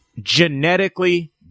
genetically